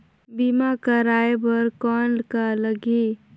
बीमा कराय बर कौन का लगही?